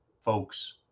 folks